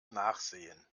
nachsehen